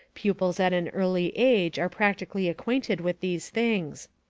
pupils at an early age are practically acquainted with these things.